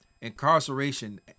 incarceration